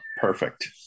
Perfect